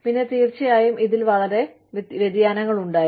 പിന്നെ തീർച്ചയായും ഇതിൽ വളരെ വ്യതിയാനങ്ങൾ ഉണ്ടായിരുന്നു